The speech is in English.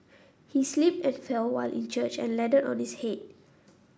he slipped and fell while in church and landed on his head